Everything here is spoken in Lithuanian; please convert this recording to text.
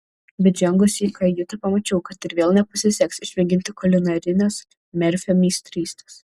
bet žengusi į kajutę pamačiau kad ir vėl nepasiseks išmėginti kulinarinės merfio meistrystės